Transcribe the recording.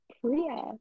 Priya